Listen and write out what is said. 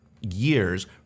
years